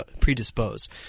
predisposed